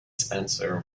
spencer